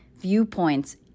viewpoints